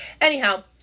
Anyhow